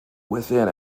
within